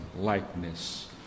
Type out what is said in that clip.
likeness